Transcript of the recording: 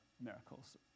miracles